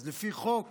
אז לפי חוק